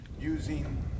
using